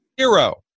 Zero